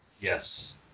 yes